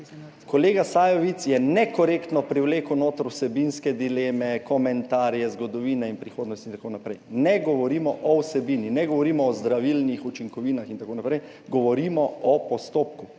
Kolega Sajovic je nekorektno privlekel noter vsebinske dileme, komentarje zgodovine in prihodnosti in tako naprej. Ne govorimo o vsebini, ne govorimo o zdravilnih učinkovinah in tako naprej, govorimo o postopku,